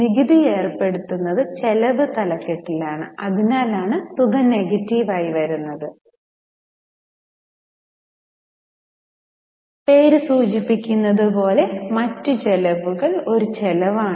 നികുതി ഏർപ്പെടുത്തുന്നത് ചെലവ് തലക്കെട്ടിലാണ് അതിനാലാണ് തുക നെഗറ്റീവ് ആയി വന്നത് പേര് സൂചിപ്പിക്കുന്നത് പോലെ മറ്റ് ചെലവുകൾ ഒരു ചെലവാണ്